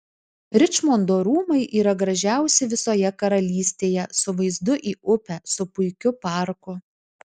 ričmondo rūmai yra gražiausi visoje karalystėje su vaizdu į upę su puikiu parku